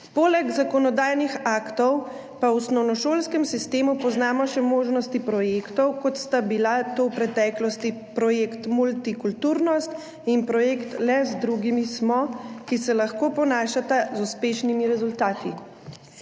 Poleg zakonodajnih aktov pa v osnovnošolskem sistemu poznamo še možnosti projektov, kot sta bila v preteklosti projekt multikulturnost in projekt Le z drugimi smo, ki se lahko ponašata z uspešnimi rezultati.